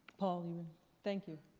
paul, you and thank you.